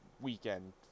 weekend